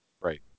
Right